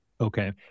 Okay